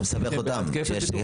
זה מסבך אותם כשיש כפל